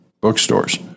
bookstores